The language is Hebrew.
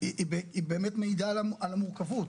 היא באמת מעידה על המורכבות